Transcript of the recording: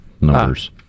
numbers